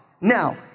Now